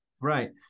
Right